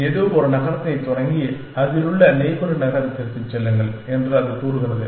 ஏதோ ஒரு நகரத்தைத் தொடங்கி அருகிலுள்ள நெய்பர் நகரத்திற்குச் செல்லுங்கள் என்று அது கூறுகிறது